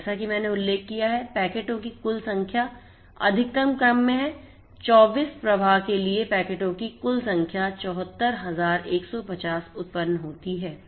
और जैसा कि मैंने उल्लेख किया है कि पैकेटों की कुल संख्या अधिकतम क्रम में है 24 प्रवाह के लिए पैकेटों की कुल संख्या 74150 उत्पन्न होती है